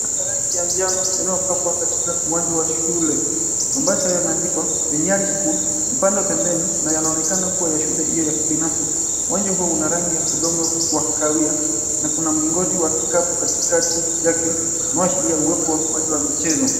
Yenye rangi ya njano yanayopakwa katika uwanja wa shule. Ambayo yameandikwa, The Nyali School. Upande wa pembeni na yanaonekana kuwa ya shule hiyo ya kibinafsi. Uwanja huo una rangi ya udongo wa kahawia na kuna mlingoti wa kikapu katikati yake, unaoashiria uwepo wa uwanja wa michezo.